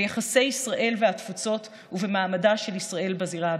ביחסי ישראל והתפוצות ובמעמדה של ישראל בזירה הבין-לאומית.